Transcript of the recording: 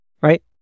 right